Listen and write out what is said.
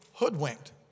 Hoodwinked